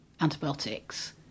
antibiotics